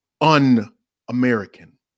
un-American